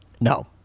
no